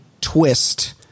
twist